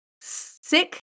sick